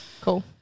Cool